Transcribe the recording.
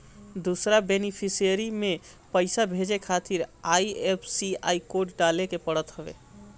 दूसरा बेनिफिसरी में पईसा भेजे खातिर आई.एफ.एस.सी कोड डाले के पड़त हवे